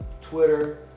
Twitter